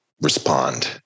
respond